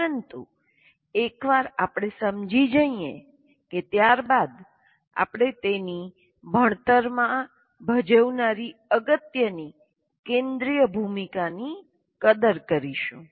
પરંતુ એકવાર આપણે સમજી જઈએ કે ત્યાર બાદ આપણે તેની ભણતરમાં ભજવનારી અગત્યની કેન્દ્રીય ભૂમિકાની કદર કરીશું